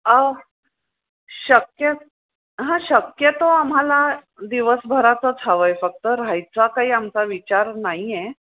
अ शक्य हां शक्यतो आम्हाला दिवसभरातच हवं आहे फक्त राहायचा काही आमचा विचार नाही आहे